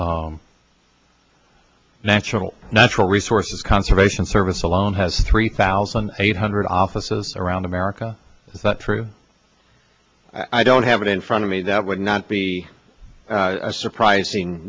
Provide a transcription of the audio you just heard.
the natural natural resources conservation service alone has three thousand eight hundred offices around america but true i don't have it in front of me that would not be a surprising